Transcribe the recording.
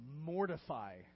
mortify